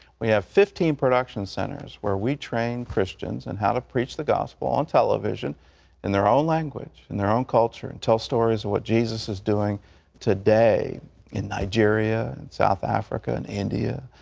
we have fifteen production centers where we train christians in how to preach the gospel on television in their own language, in their own culture, and tell stories of what jesus is doing today in nigeria, in south africa, in india,